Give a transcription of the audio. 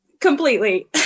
completely